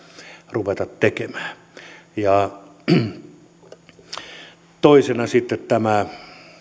ruveta tekemään toisena sitten tämä